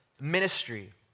ministry